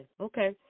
Okay